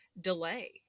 delay